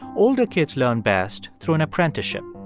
older kids learn best through an apprenticeship.